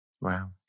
wow